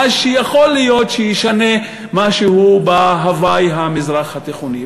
מה שיכול להיות שישנה משהו בהווי המזרח-תיכוני.